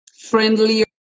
friendlier